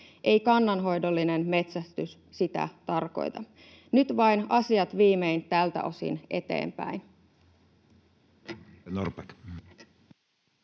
Ei kannanhoidollinen metsästys sitä tarkoita. Nyt vain asiat viimein tältä osin eteenpäin.